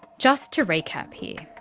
just to recap here,